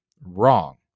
wrong